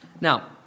Now